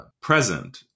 present